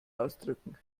ausdrücken